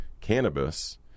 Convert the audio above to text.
cannabis